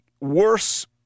worse